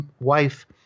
wife